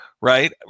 right